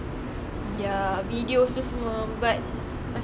their video tu semua but